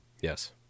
Yes